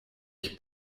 ich